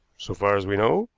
so far as we know,